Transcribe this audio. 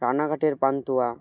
রানাঘাটের পান্তুয়া